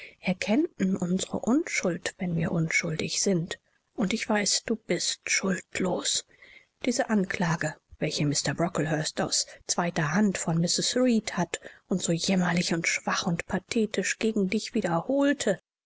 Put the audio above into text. erkennten unsere unschuld wenn wir unschuldig sind und ich weiß du bist schuldlos diese anklage welche mr brocklehurst aus zweiter hand von mrs reed hat und so jämmerlich und schwach und pathetisch gegen dich wiederholte